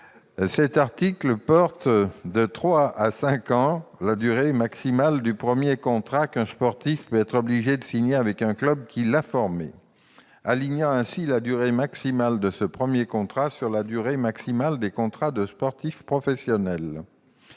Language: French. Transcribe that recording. Cet article porte de trois à cinq ans la durée maximale du premier contrat qu'un sportif peut être obligé de signer avec le club qui l'a formé, alignant ainsi la durée maximale de ce premier contrat sur la durée maximale des contrats de sportif professionnel.